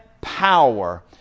power